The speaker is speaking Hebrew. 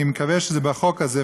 ואני מקווה שזה בחוק הזה,